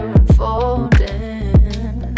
unfolding